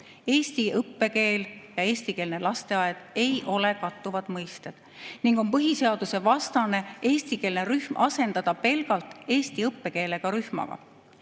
Eesti õppekeel ja eestikeelne lasteaed ei ole kattuvad mõisted ning on põhiseadusevastane eestikeelne rühm asendada pelgalt eesti õppekeelega rühmaga.